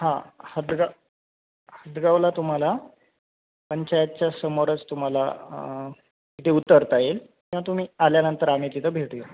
हां हदगाव हदगावला तुम्हाला पंचायतच्या समोरच तुम्हाला तिथे उतरता येईल किंवा तुम्ही आल्यानंतर आम्ही तिथं भेट घेऊ